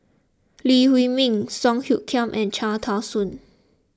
Lee Huei Min Song Hoot Kiam and Cham Tao Soon